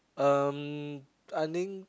um I think